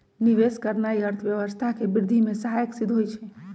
निवेश करनाइ अर्थव्यवस्था के वृद्धि में सहायक सिद्ध होइ छइ